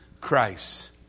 Christ